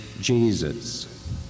Jesus